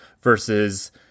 versus